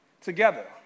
together